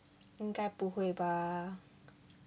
应该不会吧